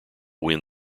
win